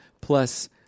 plus